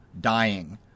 dying